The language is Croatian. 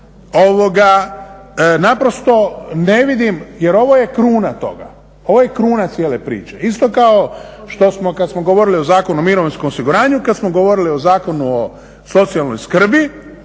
naprosto ne vidim, jer ovo je kruna toga. Ovo je kruna cijele priče isto kao što smo kad smo govorili o Zakonu o mirovinskom osiguranju, kad smo govorili o Zakonu o socijalnoj skrbi.